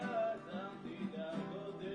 תודה רבה.